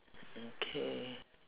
mm K